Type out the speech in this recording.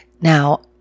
Now